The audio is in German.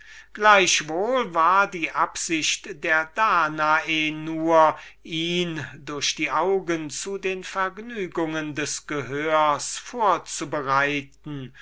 lassen allein die absicht der danae war nur ihn durch die augen zu den vergnügungen eines andern sinnes vorzubereiten